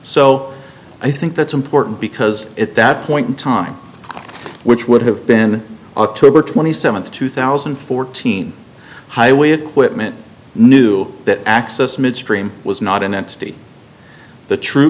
so i think that's important because at that point in time which would have been october twenty seventh two thousand and fourteen highway equipment knew that access midstream was not an entity the tru